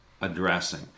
addressing